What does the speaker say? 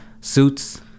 suits